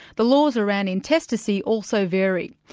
the laws around intestacy also vary.